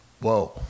Whoa